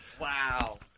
Wow